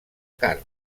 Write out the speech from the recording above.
carn